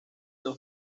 dos